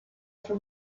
for